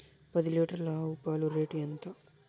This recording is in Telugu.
పది లీటర్ల ఆవు పాల రేటు ఎంత?